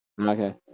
Okay